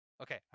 okay